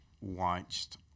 watched